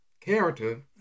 character